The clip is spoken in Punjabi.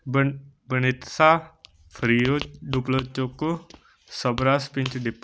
ਬਣ ਬਣਿਤਸਾ ਫਰੀਓ ਡੁਪਲੋਚੋਕੋ ਸਬਰਾਸਪਿੰਚ ਡਿਪ